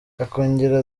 akongera